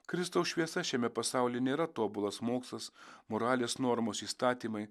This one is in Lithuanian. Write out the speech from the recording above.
kristaus šviesa šiame pasauly nėra tobulas mokslas moralės normos įstatymai